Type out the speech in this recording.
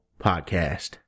Podcast